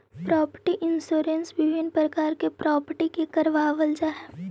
property insurance विभिन्न प्रकार के प्रॉपर्टी के करवावल जाऽ हई